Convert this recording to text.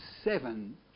seven